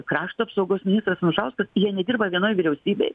krašto apsaugos ministras anušauskas jie nedirba vienoj vyriausybėj